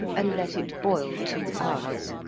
and let it boil two hours,